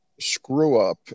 screw-up